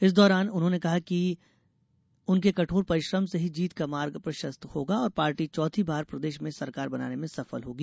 इस दौरान उन्होंने कहा कि उनके कठोर परिश्रम से ही जीत का मार्ग प्रशस्त होगा और पार्टी चौथी बार प्रदेश में सरकार बनाने में सफल होगी